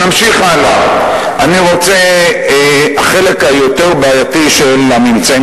נמשיך הלאה: החלק הבעייתי יותר של הממצאים